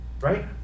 right